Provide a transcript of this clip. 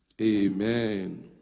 Amen